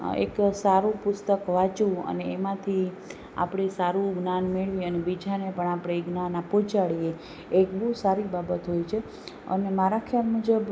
એક સારું પુસ્તક વાચવું અને એમાંથી આપણે સારું જ્ઞાન મેળવીને બીજાને પણ એ જ્ઞાનમાં પહોંચાડીએ એ બહુ સારી બાબત હોય છે અને મારા ખ્યાલ મુજબ